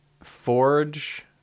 forge